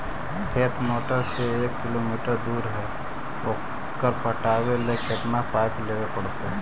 खेत मोटर से एक किलोमीटर दूर है ओकर पटाबे ल केतना पाइप लेबे पड़तै?